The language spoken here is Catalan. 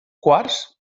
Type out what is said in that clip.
quars